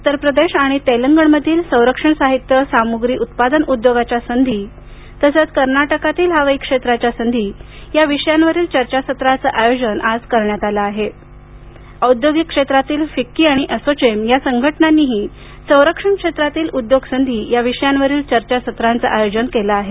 उत्तर प्रदेश आणि तेलंगणमधील संरक्षण साहित्य सामुग्री उत्पादन उद्योगाच्या संधी आणि कर्नाटकातील हवाई क्षेत्राच्या संधी या विषयावरील चर्चासत्रांचं आयोजन आज करण्यात आलं असून औद्योगिक क्षेत्रातील फिक्की आणि असोचेम या संघटनानीही संरक्षण क्षेत्रातील उद्योग संधी या विषयांवरील चर्चासत्रांचे आयोजन केलं आहे